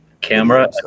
Camera